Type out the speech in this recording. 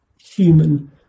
human